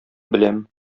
беләм